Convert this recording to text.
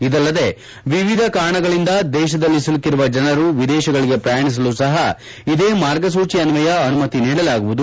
ಇದಲ್ಲದೆ ವಿವಿಧ ಕಾರಣಗಳಿಂದ ದೇಶದಲ್ಲಿ ಸಿಲುಕಿರುವ ಜನರು ವಿದೇಶಗಳಿಗೆ ಪ್ರಯಾಣಿಸಲು ಸಹ ಇದೇ ಮಾರ್ಗಸೂಚಿ ಅನ್ವಯ ಅನುಮತಿ ನೀಡಲಾಗುವುದು